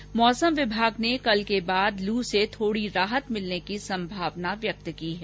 हालांकि मौसम विभाग ने कल के बाद लू से थोड़ी राहत की संभावना व्यक्त की है